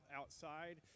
outside